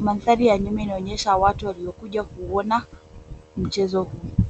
Mandhari ya nyuma inaonyesha watu waliokuja kuona mchezo huu.